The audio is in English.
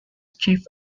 chief